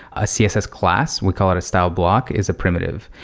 ah css class, we call it a style block, is a primitive.